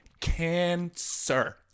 cancer